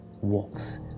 walks